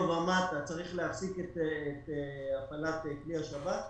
ומטה צריך להפסיק את הפעלת כלי השב"כ?